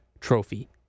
Trophy